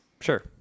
sure